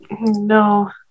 No